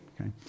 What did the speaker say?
Okay